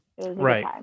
right